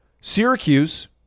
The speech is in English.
Syracuse